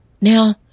Now